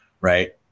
Right